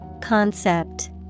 Concept